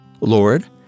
Lord